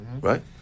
right